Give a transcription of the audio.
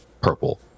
purple